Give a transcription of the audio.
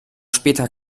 später